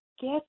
get